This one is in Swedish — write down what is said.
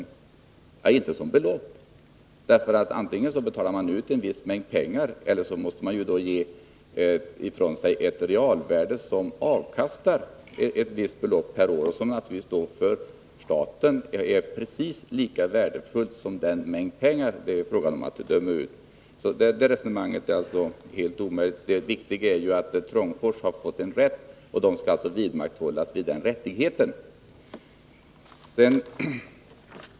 Ja, men inte som belopp. Antingen betalas Nr 27 det ut en viss mängd pengar, eller också måste staten ge ett realvärde som Onsdagen den avkastar ett visst belopp per år och som naturligtvis för staten är precis lika 19 november 1980 värdefullt som den mängd pengar det är fråga om. Det resonemang som man här fört är alltså helt omöjligt. Det viktiga är ju att Trångfors har fått en rätt, och bolaget skall alltså behålla den rätten.